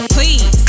Please